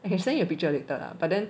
I can send you a picture later lah but then